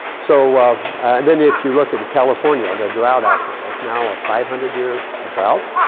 so then if you look in california, the drought out there. that's now a five hundred year ah drought.